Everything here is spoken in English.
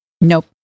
Nope